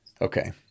Okay